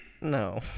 no